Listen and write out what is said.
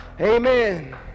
Amen